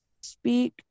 Speak